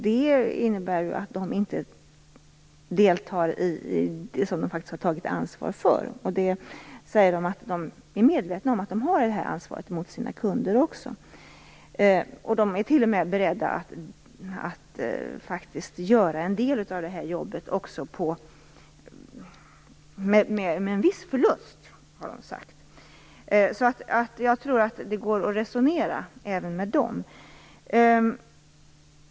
Det innebär ju att de inte deltar i det som de faktiskt har tagit ansvar för. De säger att de är medvetna om att de har det här ansvaret även gentemot sina kunder. De är t.o.m. beredda att faktiskt göra en del av det här jobbet också med en viss förlust. Jag tror därför att det går att resonera även med dem.